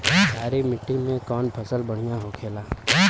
क्षारीय मिट्टी में कौन फसल बढ़ियां हो खेला?